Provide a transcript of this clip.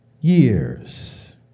years